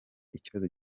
ikibazo